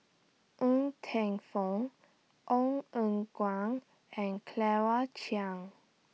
Ng Teng Fong Ong Eng Guan and Claire Chiang